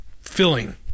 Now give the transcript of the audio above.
filling